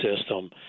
system